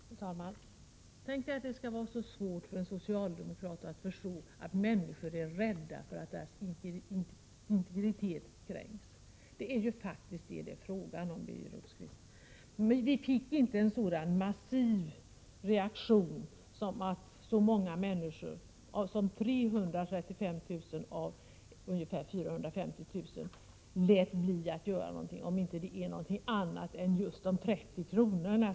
Fru talman! Tänk att det skall vara så svårt för en socialdemokrat att förstå att människor är rädda för att deras integritet skall kränkas! Det är faktiskt vad det hela handlar om, Birger Rosqvist! Det skulle inte ha varit en så massiv reaktion — så många som 335 000 av ungefär 450 000 människor har låtit bli att göra någonting över huvud taget —-, om det hade handlat om någonting annat än just de 30 kr.